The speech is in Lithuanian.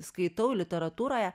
skaitau literatūroje